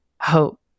hope